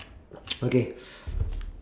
okay